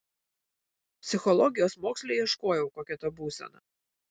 psichologijos moksle ieškojau kokia ta būsena